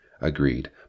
Agreed